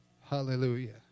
Hallelujah